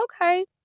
okay